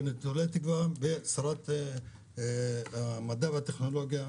ואני גם תולה תקווה בשרת המדע והטכנולוגיה,